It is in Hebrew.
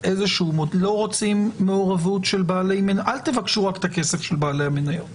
אל תבקשו רק את הכסף של בעלי המניות